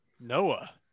Noah